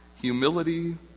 humility